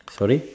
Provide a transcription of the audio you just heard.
sorry